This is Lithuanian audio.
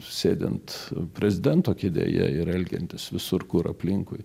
sėdint prezidento kėdėje ir elgiantis visur kur aplinkui